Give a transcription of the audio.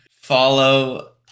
follow